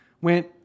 Went